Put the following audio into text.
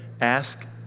ask